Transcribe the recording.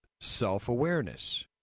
self-awareness